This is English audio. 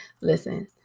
Listen